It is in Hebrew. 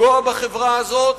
לפגוע בחברה הזאת,